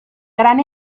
gran